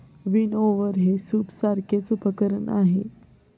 विनओवर हे सूपसारखेच उपकरण आहे